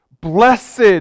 blessed